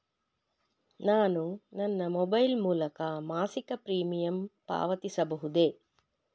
ನಾನು ನನ್ನ ಮೊಬೈಲ್ ಮೂಲಕ ಮಾಸಿಕ ಪ್ರೀಮಿಯಂ ಪಾವತಿಸಬಹುದೇ?